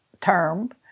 term